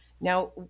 Now